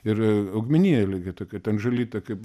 ir augmenija lygiai tokia ten žolytė kaip